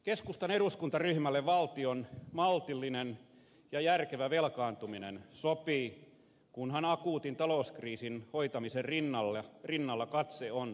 keskustan eduskuntaryhmälle valtion maltillinen ja järkevä velkaantuminen sopii kunhan akuutin talouskriisin hoitamisen rinnalla katse on tulevaisuudessa